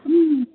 ம்